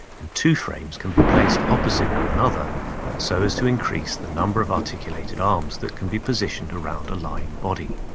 and two frames can be placed opposite one another so as to increase the number of articulated arms that can be positioned around a lying body.